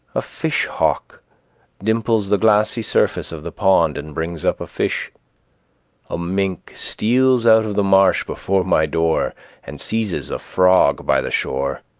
a fish hawk dimples the glassy surface of the pond and brings up a fish a mink steals out of the marsh before my door and seizes a frog by the shore